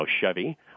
Chevy